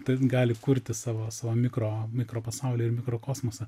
ten gali kurti savo savo mikro mikropasaulį ir mikrokosmosą